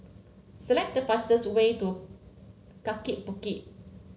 select the fastest way to Kaki Bukit